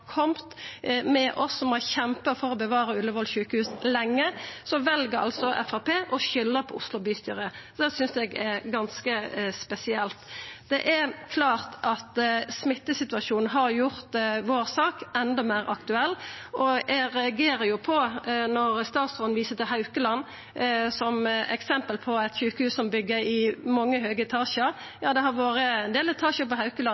med oss som har kjempa for å bevara Ullevål sjukehus lenge, vel altså Framstegspartiet å skulda på Oslo bystyre. Det synest eg er ganske spesielt. Det er klart at smittesituasjonen har gjort saka vår enda meir aktuell, og eg reagerer når statsråden viser til Haukeland som eksempel på eit sjukehus som byggjer i mange etasjar. Ja, det har vore ein del etasjar på Haukeland,